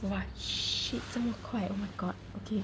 !wah! shit 这么快 oh my god okay